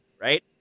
right